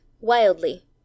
wildly